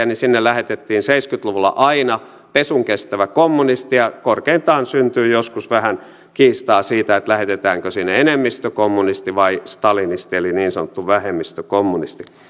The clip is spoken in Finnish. niin sinne lähetettiin seitsemänkymmentä luvulla aina pesunkestävä kommunisti ja korkeintaan syntyi joskus vähän kiistaa siitä lähetetäänkö sinne enemmistökommunisti vai stalinisti eli niin sanottu vähemmistökommunisti